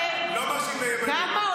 לא, אני לא שותה סויה.